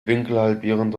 winkelhalbierende